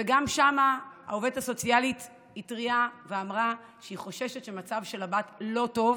וגם שם העובדת הסוציאלית התריעה ואמרה שהיא חוששת שהמצב של הבת לא טוב,